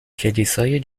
کلیسای